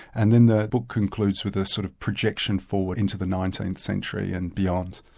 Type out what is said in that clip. and then the book concludes with the sort of projection forward into the nineteenth century and beyond.